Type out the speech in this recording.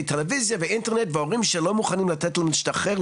טלוויזיה ואינטרנט והורים שלא מוכנים לתת להם להשתחרר,